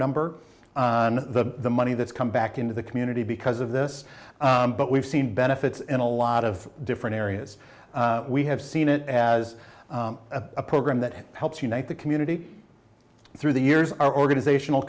number on the money that's come back into the community because of this but we've seen benefits in a lot of different areas we have seen it as a program that helps unite the community through the years our organizational